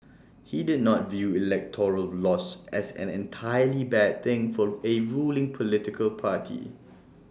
he did not view electoral loss as an entirely bad thing for A ruling political party